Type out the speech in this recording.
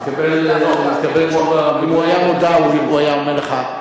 מתקבלת תשובה, אם הוא היה מודע, הוא היה אומר לך.